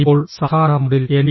ഇപ്പോൾ സാധാരണ മോഡിൽ എൻ